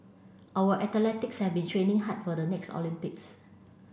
our athletics have been training hard for the next Olympics